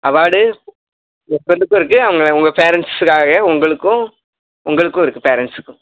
award யஷ்வந்த்துக்கும் இருக்குது அவங்க உங்கள் பேரண்ட்ஸுக்காக உங்களுக்கும் உங்களுக்கும் இருக்குது பேரண்ட்ஸுக்கும்